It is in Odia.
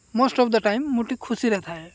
ମୋଷ୍ଟ୍ ଅଫ୍ ଦ ଟାଇମ୍ ମୁଁ ଟିକିଏ ଖୁସିରେ ଥାଏ